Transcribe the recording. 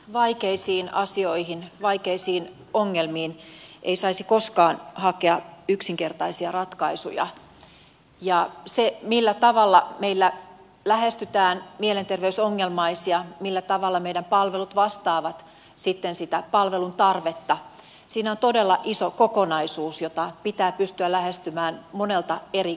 vaikeisiin asioihin vaikeisiin ongelmiin ei saisi koskaan hakea yksinkertaisia ratkaisuja ja se millä tavalla meillä lähestytään mielenterveysongelmaisia millä tavalla meidän palvelumme vastaavat sitten sitä palveluntarvetta siinä on todella iso kokonaisuus jota pitää pystyä lähestymään monelta eri kantilta